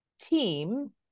team